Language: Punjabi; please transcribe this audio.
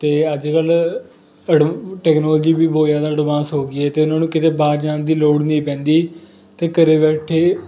ਅਤੇ ਅੱਜ ਕੱਲ੍ਹ ਐਡ ਟੈਕਨੋਲਜੀ ਵੀ ਬਹੁਤ ਜ਼ਿਆਦਾ ਐਡਵਾਂਸ ਹੋ ਗਈ ਹੈ ਅਤੇ ਉਹਨਾਂ ਨੂੰ ਕਿਤੇ ਬਾਹਰ ਜਾਣ ਦੀ ਲੋੜ ਨਹੀਂ ਪੈਂਦੀ ਅਤੇ ਘਰ ਬੈਠੇ